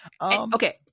okay